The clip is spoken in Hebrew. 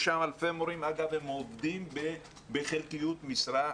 יש שם אלפי מורים שהם עובדים בחלקיות משרה,